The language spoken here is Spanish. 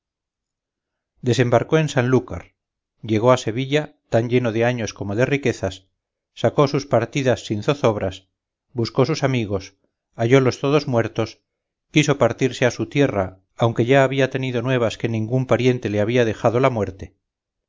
desembarcó en sanlúcar llegó a sevilla tan lleno de años como de riquezas sacó sus partidas sin zozobras buscó sus amigos hallólos todos muertos quiso partirse a su tierra aunque ya había tenido nuevas que ningún pariente le había dejado la muerte